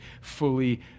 fully